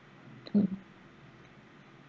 mmhmm